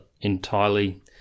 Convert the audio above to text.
entirely